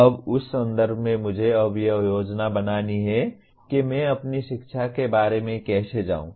अब उस संदर्भ में मुझे अब यह योजना बनानी है कि मैं अपनी शिक्षा के बारे में कैसे जाऊँ